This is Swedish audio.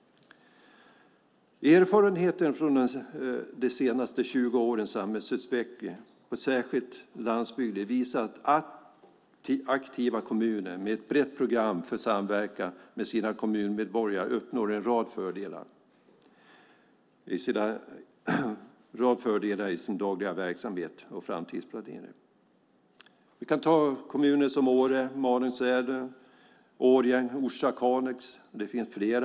Erfarenheten från de senaste 20 årens samhällsutveckling på särskilt landsbygden visar att aktiva kommuner med ett brett program för samverkan med kommunmedborgarna uppnår en rad fördelar i sin dagliga verksamhet och framtidsplanering. Vi kan ta kommuner som Åre, Malung-Sälen, Årjäng, Orsa och Kalix som exempel. Det finns fler.